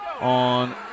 on –